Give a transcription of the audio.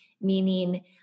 meaning